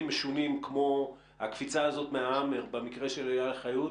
משונים כמו הקפיצה הזאת מה-האמר במקרה של עילי חיות,